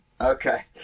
Okay